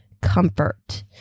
comfort